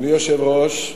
אדוני היושב-ראש,